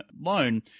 loan